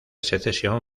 secesión